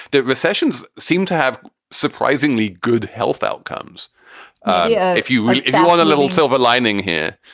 that recessions seem to have surprisingly good health outcomes yeah if you want a little silver lining here,